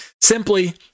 Simply